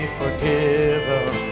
forgiven